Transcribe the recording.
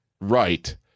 right